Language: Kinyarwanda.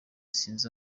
sinzi